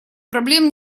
проблем